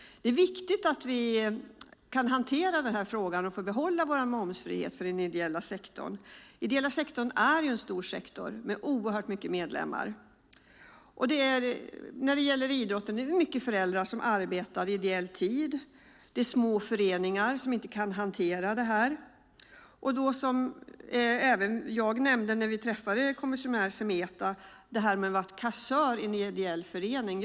Det är viktigt att vi kan hantera frågan och får behålla vår momsfrihet för den ideella sektorn. Den ideella sektorn är stor med oerhört många medlemmar. Många föräldrar arbetar ideellt. Det är små föreningar som inte kan hantera detta. När vi träffade kommissionär Semeta talade vi om att vara kassör i en ideell förening.